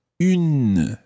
une